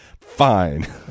fine